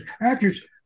actors